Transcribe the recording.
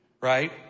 right